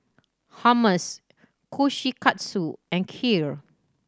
Hummus Kushikatsu and Kheer